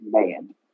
command